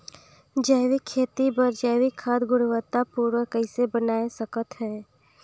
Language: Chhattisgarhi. जैविक खेती बर जैविक खाद गुणवत्ता पूर्ण कइसे बनाय सकत हैं?